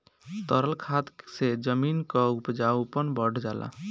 तरल खाद से जमीन क उपजाऊपन बढ़ जाला